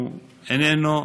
הוא איננו,